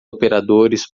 operadores